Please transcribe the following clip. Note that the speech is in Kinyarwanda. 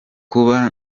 kuba